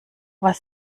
was